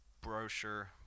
brochure